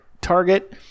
Target